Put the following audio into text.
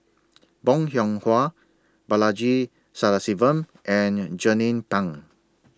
Bong Hiong Hwa Balaji Sadasivan and Jernnine Pang